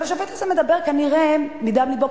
אבל השופט הזה מדבר כנראה מדם לבו,